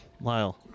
Lyle